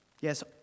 Yes